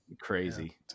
Crazy